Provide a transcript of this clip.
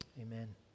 amen